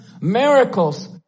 Miracles